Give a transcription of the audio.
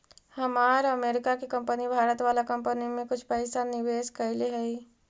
हमार अमरीका के कंपनी भारत वाला कंपनी में कुछ पइसा निवेश कैले हइ